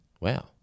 Wow